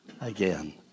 again